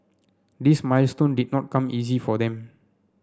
this milestone did not come easy for them